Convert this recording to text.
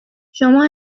شما